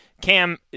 Cam